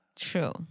True